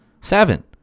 seven